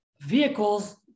vehicles